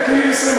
תני לי לסיים,